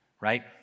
Right